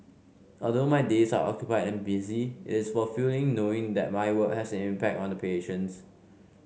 although my days are occupied and busy it is fulfilling knowing that my work has an impact on the patients